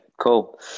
Cool